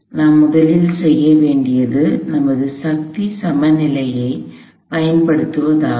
நாம் முதலில் செய்ய வேண்டியது நமது சக்தி சமநிலையைப் பயன்படுத்துவதாகும்